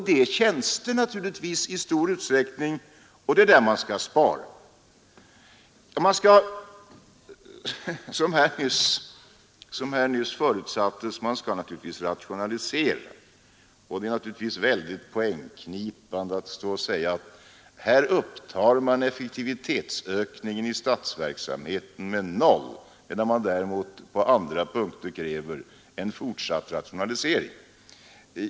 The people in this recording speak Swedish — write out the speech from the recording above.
Det gäller naturligtvis i stor utsträckning tjänster, och det är där man skall spara. Man skall, som här nyss förutsattes, givetvis rationalisera, och det är självfallet mycket poängknipande att stå och säga, att här upptar man effektivitetsökningen i statsverksamheten med noll, medan man däremot på andra punkter kräver en fortsatt rationalisering.